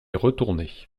retourner